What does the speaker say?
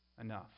enough